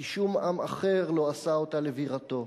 כי שום עם אחר לא עשה אותה לבירתו.